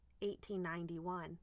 1891